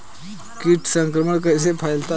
कीट संक्रमण कैसे फैलता है?